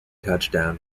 touchdown